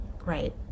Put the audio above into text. Right